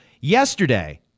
yesterday